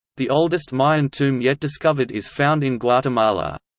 the oldest mayan tomb yet discovered is found in guatemala.